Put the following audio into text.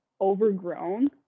overgrown